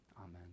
Amen